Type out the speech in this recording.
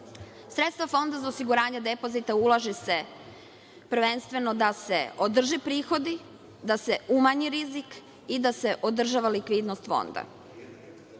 Sredstva Fonda za osiguranje depozita ulaže se prvenstveno da se održe prihodi, da se umanji rizik i da s održava likvidnost